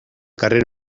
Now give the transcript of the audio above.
carrer